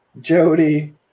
Jody